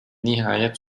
nihayet